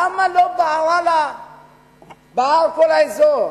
למה לא בער כל האזור?